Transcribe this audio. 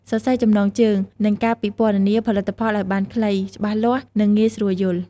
សរសេរចំណងជើង និងការពិពណ៌នាផលិតផលឱ្យបានខ្លី ច្បាស់លាស់ និងងាយស្រួលយល់។